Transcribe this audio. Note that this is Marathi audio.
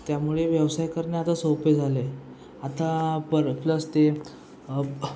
त्यामुळे व्यवसाय करणे आता सोपे झाले आता पर प्लस ते